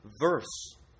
verse